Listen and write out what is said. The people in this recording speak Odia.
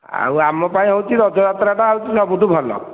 ଆଉ ଆମ ପାଇଁ ହେଉଛି ରଜଯାତ୍ରାଟା ହେଉଛି ସବୁଠୁ ଭଲ